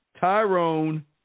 Tyrone